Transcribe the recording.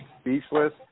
speechless